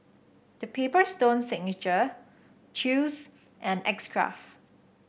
The Paper Stone Signature Chew's and X Craft